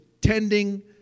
tending